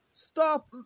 Stop